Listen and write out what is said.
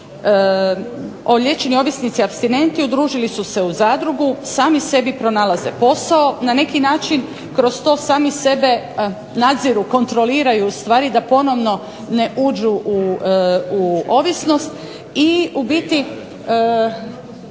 liječeni ovisnici apstinenti udružili su se u zadrugu, sami sebi pronalaze posao, na neki način kroz to sami sebe nadziru, kontroliraju, ustvari da ponovno ne uđu u ovisnost, i u biti